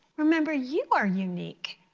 remember you are unique.